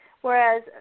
Whereas